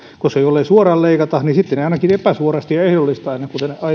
koska jollei suoraan leikata niin sitten ainakin epäsuorasti ja ehdollistaen